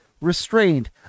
restrained